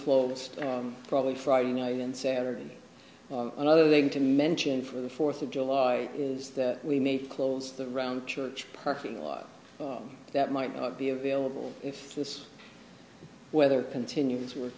closest probably friday night and saturday another thing to mention for the fourth of july is that we made close to the round church parking lot that might not be available if this weather continues we're